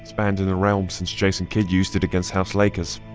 banned in the realm since jason kidd used it against house lakers,